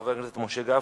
חבר הכנסת משה גפני,